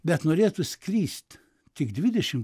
bet norėtų skrist tik dvidešimt